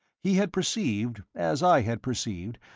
he had perceived, as i had perceived,